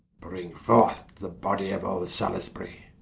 bring forth the body of old salisbury,